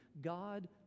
God